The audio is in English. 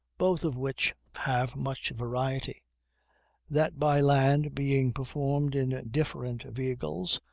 both of which have much variety that by land being performed in different vehicles,